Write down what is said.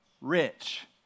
rich